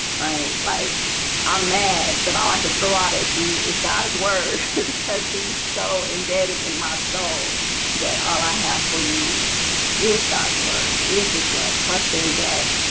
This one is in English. right, like i'm mad but i like to throw out at you is god's word because he's so embedded in my soul that all i have for you is god's word is his love trusting that?